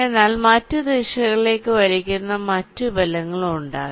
എന്നാൽ മറ്റു ദിശകളിലേക്ക് വലിക്കുന്ന മറ്റു ബലങ്ങളും ഉണ്ടാകാം